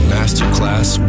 Masterclass